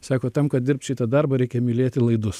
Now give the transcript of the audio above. sako tam kad dirbt šitą darbą reikia mylėti laidus